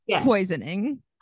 poisoning